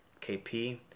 KP